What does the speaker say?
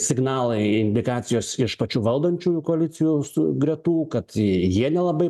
signalai indikacijos iš pačių valdančiųjų koalicijų su gretų kad jie nelabai